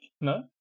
No